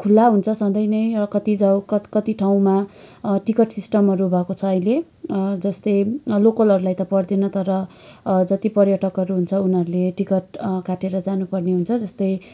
खुल्ला हुन्छ सधैँ नै र कति ज कति ठाउँमा टिकट सिस्टमहरू भएको छ अहिले जस्तै लोकलहरूलाई त पर्दैन तर जति पर्यटकहरू हुन्छ उनीहरूले टिकट काटेर जानुपर्ने हुन्छ जस्तै